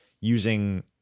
using